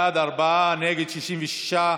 בעד, ארבעה, נגד, 66,